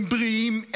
הם בריאים,